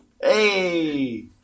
Hey